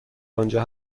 آنجا